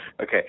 Okay